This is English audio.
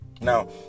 Now